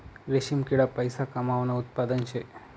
रेशीम किडा पैसा कमावानं उत्पादन शे